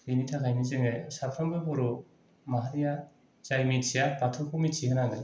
बिनि थाखायनो जोङो साफ्रोमबो बर' माहारिया जाय मिथिया बाथौखौ मिथि होनांगोन